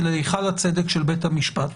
אל היכל הצדק של בית המשפט.